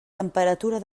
temperatura